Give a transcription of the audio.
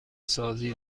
سازی